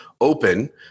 open